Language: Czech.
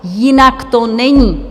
Jinak to není.